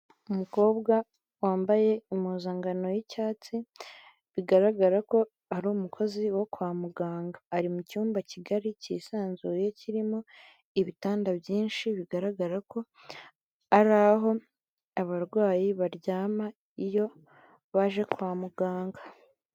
Umukobwa wambaye impuzankano y'icyatsi bigaragara ko ari umukozi wo kwa muganga. Ari mu cyumba kigari kisanzuye kirimo ibitanda byinshi, bigaragara ko ari aho abarwayi baryama iyo baje kwa muganga.